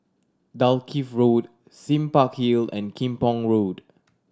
Dalkeith Road Sime Park Hill and Kim Pong Road